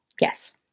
Yes